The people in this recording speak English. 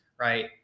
right